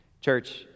Church